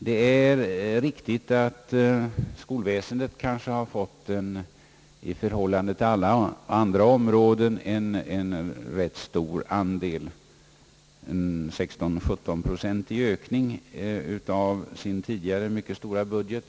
Det är riktigt att skolväsendet har fått en i förhållande till andra områden rätt stor andel av anslagen; en 16—17-procentig ökning av sin tidigare mycket omfattande budget.